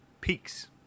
peaks